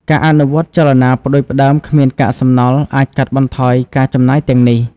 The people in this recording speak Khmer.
ការអនុវត្តចលនាផ្តួចផ្តើមគ្មានកាកសំណល់អាចកាត់បន្ថយការចំណាយទាំងនេះ។